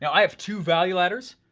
yeah i have two value ladders,